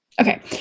okay